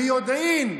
ביודעין.